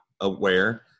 aware